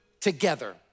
together